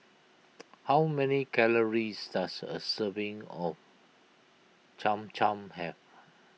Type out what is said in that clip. how many calories does a serving of Cham Cham have